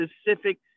specific